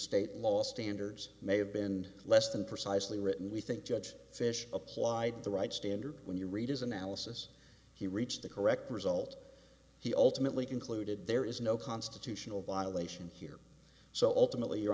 state law standards may have been less than precisely written we think judge fish applied the right standard when you read his analysis he reached the correct result he ultimately concluded there is no constitutional violation here so ultimately your